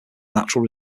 natural